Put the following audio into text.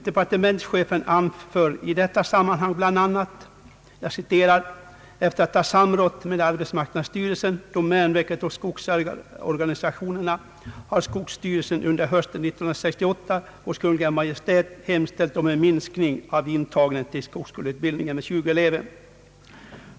Departementschefen anför i detta sammanhang bl.a.: »Efter att ha samrått med arbetsmarknadsstyrelsen, domänverket och skogsägareorganisationerna har skogsstyrelsen under hösten 1968 hos Kungl. Maj:t hemställt om en minskning av intagningen till skogsskoleutbildningen med 20 elever.